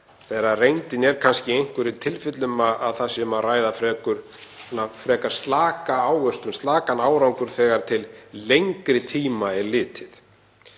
þegar reyndin er kannski í einhverjum tilfellum að um sé að ræða frekar slaka ávöxtun, slakan árangur þegar til lengri tíma er litið.